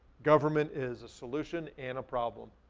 government is a solution and a problem.